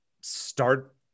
start